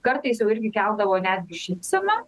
kartais jau irgi keldavo netgi šypseną